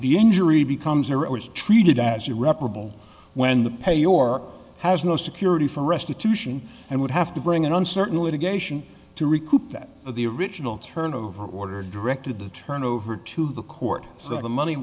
the injury becomes or is treated as you reparable when the pay your has no security for restitution and would have to bring it on certain litigation to recoup that of the original turnover order directed to turn over to the court so that the money